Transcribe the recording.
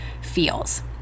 feels